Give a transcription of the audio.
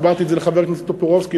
הסברתי את זה לחבר הכנסת טופורובסקי,